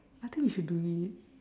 I think we should do it